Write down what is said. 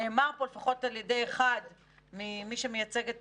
נאמר פה, לפחות על ידי אחד ממי שמייצג את